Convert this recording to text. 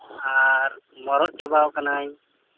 ᱟᱨ ᱢᱚᱨᱚᱜ ᱪᱟᱵᱟᱣ ᱠᱟᱹᱱᱟᱹᱧ